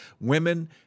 Women